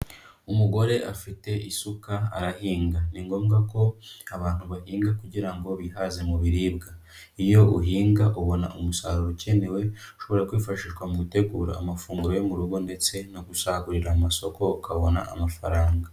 Umugore afite isuka arahinga. Ni ngombwa ko abantu bahinga kugira ngo bihaze mu biribwa. Iyo uhinga ubona umusaruro ukenewe, ushobora kwifashishwa mu gutegura amafunguro yo mu rugo ndetse no gusagurira amasoko, ukabona amafaranga.